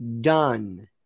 done